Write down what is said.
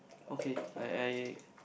okay I I